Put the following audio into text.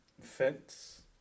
fence